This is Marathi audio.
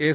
एस